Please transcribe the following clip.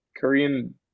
korean